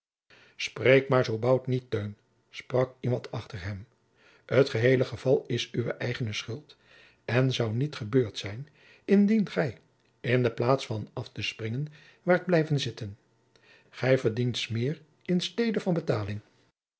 maar zoo bout niet teun sprak iemand achter hem het geheele geval is uwe eigene schuld en zou niet gebeurd zijn indien gij in de plaats van af te springen waart blijven zitten gij verdient smeer in stede van betaling